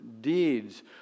deeds